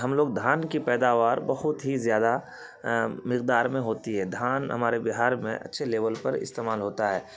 ہم لوگ دھان کی پیداوار بہت ہی زیادہ مقدار میں ہوتی ہے دھان ہمارے بہار میں اچھے لیول پر استعمال ہوتا ہے